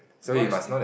but is still